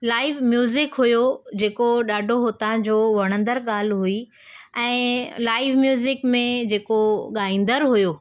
live music हुयो जेको ॾाढो हुतां जो वणंदड़ ॻाल्हि हुई ऐं लाइव म्युज़िक में जेको ॻाईंदड़ हुयो